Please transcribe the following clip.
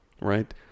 Right